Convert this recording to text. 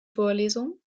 vorlesung